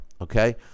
Okay